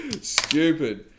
Stupid